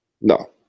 No